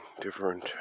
different